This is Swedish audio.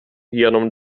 genom